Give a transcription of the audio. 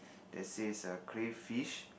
that is a crayfish